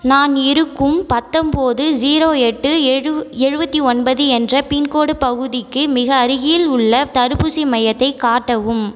நான் இருக்கும் பத்தம்போது ஸீரோ எட்டு எழு எழுபத்தி ஒன்பது என்ற பின்கோட் பகுதிக்கு மிக அருகிலுள்ள தடுப்பூசி மையத்தை காட்டவும்